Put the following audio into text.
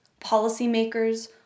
policymakers